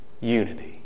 unity